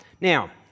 Now